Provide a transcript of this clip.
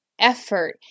effort